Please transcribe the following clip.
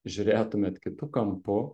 žiūrėtumėt kitu kampu